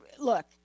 Look